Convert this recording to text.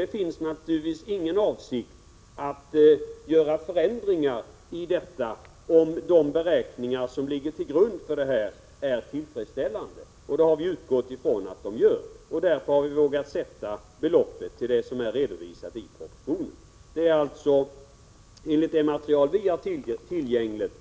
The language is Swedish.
Det finns naturligtvis ingen avsikt att göra förändringar därvidlag, om de beräkningar som ligger 59 till grund är tillfredsställande — och det har vi utgått ifrån att de är. Därför har vi vågat ange det belopp som är redovisat i propositionen. Det är alltså, enligt det material vi har tillgängligt,